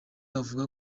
avuga